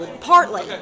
partly